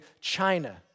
China